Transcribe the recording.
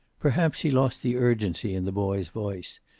perhaps he lost the urgency in the boy's voice.